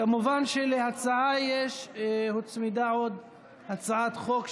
כמובן שלהצעה הוצמדה עוד הצעת חוק,